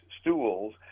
stools